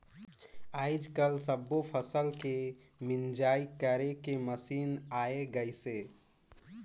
आयज कायल सब्बो फसल के मिंजई करे के मसीन आये गइसे